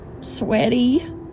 sweaty